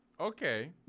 Okay